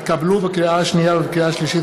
התקבלו בקריאה שנייה ובקריאה שלישית